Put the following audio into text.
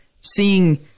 seeing